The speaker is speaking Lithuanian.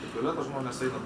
į tualetą žmonės eina